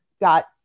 got